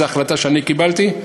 זאת החלטה שאני קיבלתי,